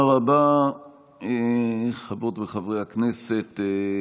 מרן הרב עובדיה יוסף זצ"ל,